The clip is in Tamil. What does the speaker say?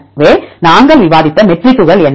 எனவே நாங்கள் விவாதித்த மெட்ரிக்குகள் என்ன